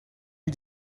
you